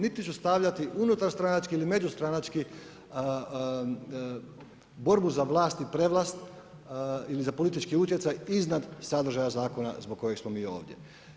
Niti ću stavljati unutarstranački ili međustranački borbu za vlast i prevlast ili za politički utjecaj iznad sadržaja zakona zbog kojeg smo mi ovdje.